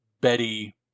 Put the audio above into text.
Betty